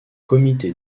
comité